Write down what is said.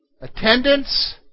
Attendance